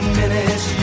minutes